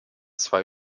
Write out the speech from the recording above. zwei